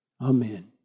Amen